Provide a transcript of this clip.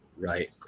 Right